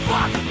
Fuck